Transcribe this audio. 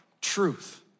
truth